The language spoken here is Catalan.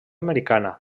americana